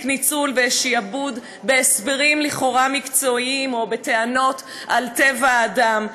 ניצול ושעבוד בהסברים לכאורה מקצועיים או בטענות על טבע האדם.